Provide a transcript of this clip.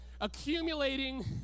accumulating